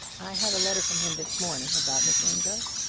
i had a letter from him this morning about miss amedroz.